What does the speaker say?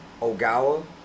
Ogawa